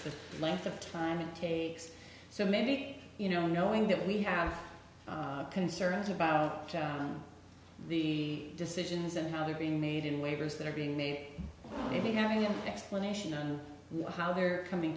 the length of time it takes so many you know knowing that we have concerns about the decisions and how they're being made in waivers that are being made maybe having an explanation on how they're coming